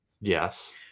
Yes